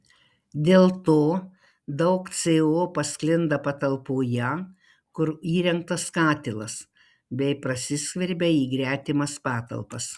dėl to daug co pasklinda patalpoje kur įrengtas katilas bei prasiskverbia į gretimas patalpas